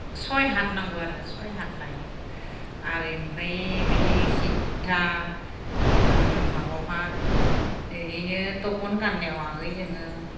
सय हात नांगौ आरो सय हात लायो आरो ओमफ्राय बिदि सिद्दा माबायावहा ओरैनो तपन गाननायावहै जोङो